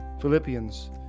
Philippians